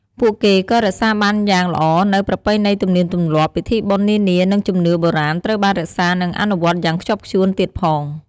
ពួកគេក៏រក្សាបានយ៉ាងល្អនូវ ប្រពៃណីទំនៀមទម្លាប់ ពិធីបុណ្យនានា និងជំនឿបុរាណត្រូវបានរក្សា និងអនុវត្តយ៉ាងខ្ជាប់ខ្ជួនទៀតផង។